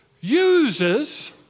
uses